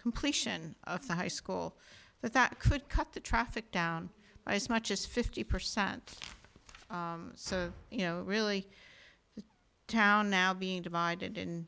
completion of the high school that that could cut the traffic down by so much as fifty percent you know really town now being divided in